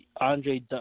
Andre